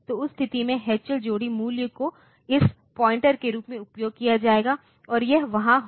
तो उस स्थिति में H L जोड़ी मूल्य को एक पॉइंटर के रूप में उपयोग किया जाएगा और यह वहाँ था